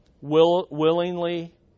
willingly